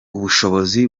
ubushobozi